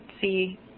see